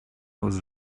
was